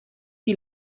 die